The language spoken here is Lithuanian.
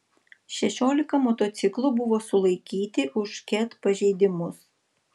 šešiolika motociklų buvo sulaikyti už ket pažeidimus